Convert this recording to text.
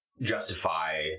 Justify